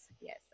yes